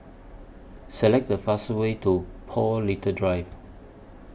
Select The fastest Way to Paul Little Drive